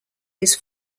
his